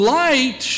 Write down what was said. light